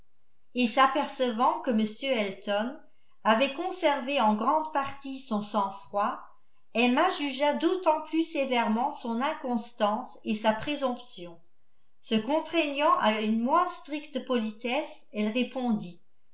et s'apercevant que m elton avait conservé en grande partie son sang-froid emma jugea d'autant plus sévèrement son inconstance et sa présomption se contraignant à une moins stricte politesse elle répondit